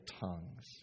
tongues